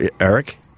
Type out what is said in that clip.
Eric